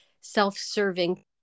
self-serving